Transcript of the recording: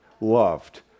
loved